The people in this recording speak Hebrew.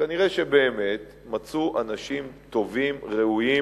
כנראה באמת מצאו אנשים טובים, ראויים.